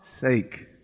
sake